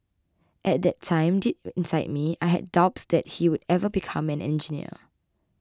at that time deep inside me I had doubts that he would ever become an engineer